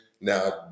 Now